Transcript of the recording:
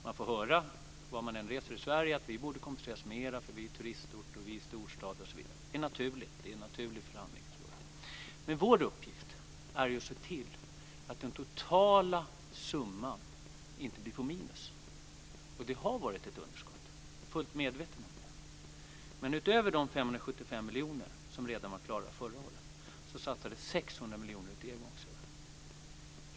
Man får höra vart man än reser i Sverige: Vi borde kompenseras mer för vi är turistort, vi är storstad osv. Det är naturligt i förhandlingar. Men vår uppgift är att se till att den totala summan inte hamnar på minus. Det har varit ett underskott. Jag är fullt medveten om det. Men utöver de 575 miljoner som var klara redan förra året satsades 600 miljoner som ett engångsanslag.